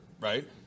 right